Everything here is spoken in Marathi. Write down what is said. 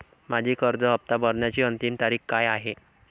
माझी कर्ज हफ्ता भरण्याची अंतिम तारीख काय आहे?